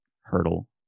hurdle